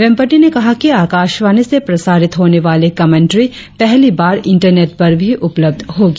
वेम्पती ने कहा कि आकाशवाणी से प्रसारित होने वाली कमेंटरी पहली बार इंटरनेट पर भी उपलब्ध होगी